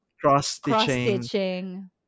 Cross-stitching